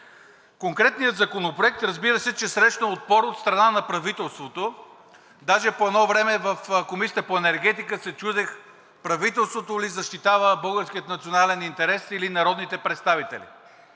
Конкретният законопроект, разбира се, че срещна отпор от страна на правителството, даже по едно време в Комисията по енергетика се чудех правителството ли защитава българския национален интерес или народните представители.